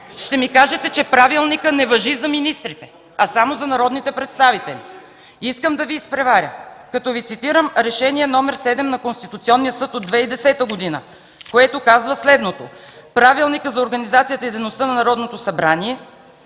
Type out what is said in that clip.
Ще ми кажете, че правилникът не важи за министрите, а само за народните представители. Искам да Ви изпреваря, като Ви цитирам Решение № 7 на Конституционния съд от 2010 г., което казва следното: „Правилникът за